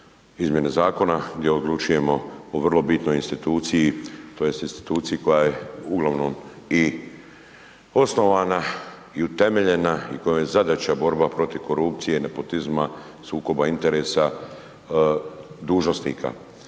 izmjenama zakona, gdje odlučujemo o vrlo bitnoj instituciji, tj. instituciji koja je uglavnom osnovana i utemeljena i kojoj je zadaća borba protiv korupcije, nepotizma, sukoba interesa dužnosnika.